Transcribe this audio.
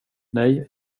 nej